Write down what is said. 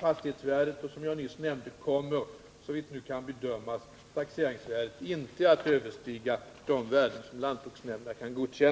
fastighetsvärdet och som jag nyss nämnde kommer, såvitt nu kan bedömas, taxeringsvärdet inte att överstiga de värden som lantbruksnämnderna kan godkänna.